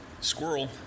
Squirrel